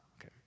okay